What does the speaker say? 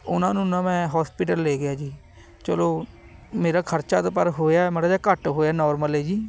ਉਹਨਾਂ ਨੂੰ ਨਾ ਮੈਂ ਹੌਸਪੀਟਲ ਲੈ ਗਿਆ ਜੀ ਚਲੋ ਮੇਰਾ ਖਰਚਾ ਤਾਂ ਪਰ ਹੋਇਆ ਮਾੜਾ ਜਿਹਾ ਘੱਟ ਹੋਇਆ ਨੋਰਮਲ ਹੈ ਜੀ